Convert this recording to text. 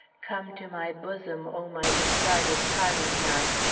come to my bosom, o my discarded carving-knife,